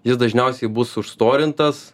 jis dažniausiai bus užstorintas